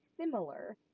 similar